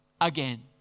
Again